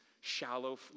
shallow